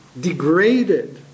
degraded